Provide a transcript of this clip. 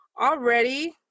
already